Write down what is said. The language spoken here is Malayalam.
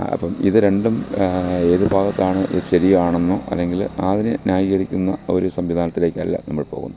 അപ്പോള് ഇത് രണ്ടും ഏത് ഭാഗത്താണ് ശരിയാണന്നോ അല്ലെങ്കില് അതിനെ ന്യായീകരിക്കുന്ന ഒരു സംവിധാനത്തിലേക്കല്ല നമ്മൾ പോകുന്നത്